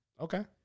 Okay